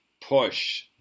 push